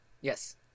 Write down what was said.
Yes